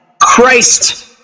Christ